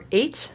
eight